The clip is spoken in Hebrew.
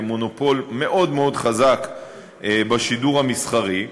כמונופול מאוד מאוד חזק בשידור המסחרי,